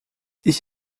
ich